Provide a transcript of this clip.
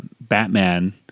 Batman